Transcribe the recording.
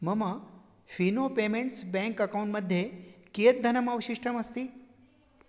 मम Fino payments bank account मध्ये कियत् धनम् अवशिष्टमस्ति